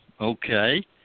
okay